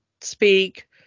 speak